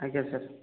ଆଜ୍ଞା ସାର୍